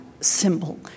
symbol